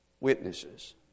witnesses